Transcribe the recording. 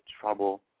trouble